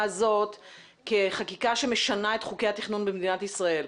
הזאת כחקיקה שמשנה את חוקי התכנון במדינת ישראל.